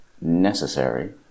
necessary